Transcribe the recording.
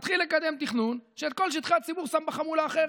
הוא מתחיל לקדם תכנון שבו את כל שטחי הציבור הוא שם בחמולה האחרת.